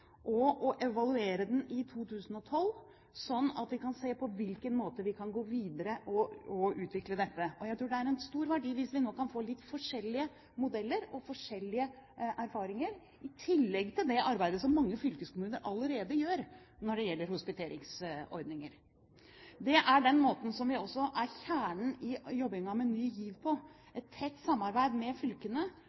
evaluere den i 2012, slik at vi kan se på på hvilken måte vi kan gå videre og utvikle dette. Jeg tror det er en stor verdi hvis vi nå kan få litt forskjellige modeller og forskjellige erfaringer, i tillegg til det arbeidet som mange fylkeskommuner allerede gjør når det gjelder hospiteringsordninger. Det er den måten som også er kjernen i jobbingen med Ny GIV – et tett samarbeid med fylkene